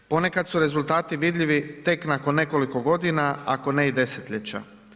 Ponekad su rezultati vidljivi tek nakon nekoliko godina, ako ne i desetljeća.